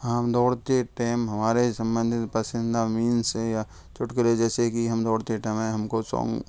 हाँ दौड़ते टेम हमारे संभन्दित पसंदीदा मीमस हैं या चुटकुले जैसे कि हम दौड़ते समय हम को सोंग